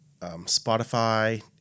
Spotify